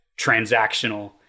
transactional